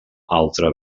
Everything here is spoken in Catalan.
altre